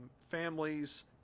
families